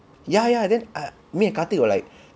ya ya then I me and karthik were like